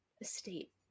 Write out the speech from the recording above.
estate